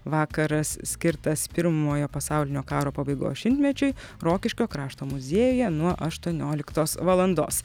vakaras skirtas pirmojo pasaulinio karo pabaigos šimtmečiui rokiškio krašto muziejuje nuo aštuonioliktos valandos